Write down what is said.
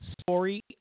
story